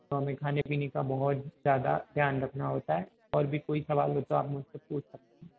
तो हमें खाने पीने का बहुत ज़्यादा ध्यान रखना होता है और भी कोई सवाल हो तो आप मुझसे पूछ सकते